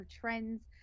trends